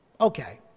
Okay